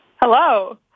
Hello